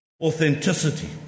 Authenticity